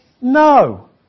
no